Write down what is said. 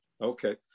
Okay